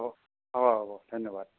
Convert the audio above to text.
হ'ব হ'ব ধন্যবাদ